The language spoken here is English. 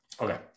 okay